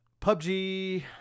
PUBG